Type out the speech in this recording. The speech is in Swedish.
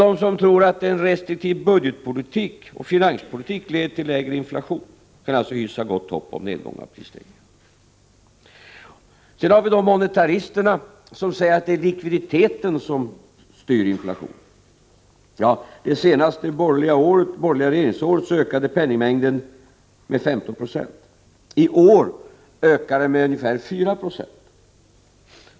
Den som tror att en restriktiv budgetpolitik och finanspolitik leder till lägre inflation kan alltså hysa gott hopp om en nedgång av prisstegringarna. Sedan har vi monetaristerna, som säger att det är likviditeten som styr inflationen. Ja, under det senaste borgerliga regeringsåret ökade penningmängden med 15 9. I år ökar den med ungefär 4 20.